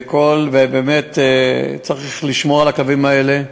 ובאמת צריך לשמור על הכלבים האלה,